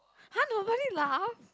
!huh! nobody laugh